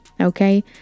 okay